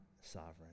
sovereign